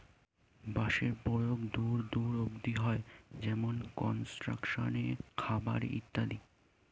বাঁশের প্রয়োগ দূর দূর অব্দি হয়, যেমন কনস্ট্রাকশন এ, খাবার এ ইত্যাদি